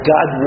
God